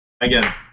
again